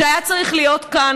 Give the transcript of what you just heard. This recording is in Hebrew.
שהיה צריך להיות כאן,